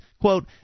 Quote